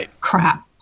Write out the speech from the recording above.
crap